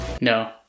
No